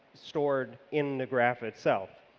stored in graph itself.